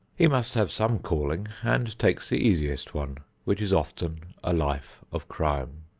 he must have some calling and takes the easiest one, which is often a life of crime.